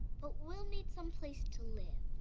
but we'll need someplace to live.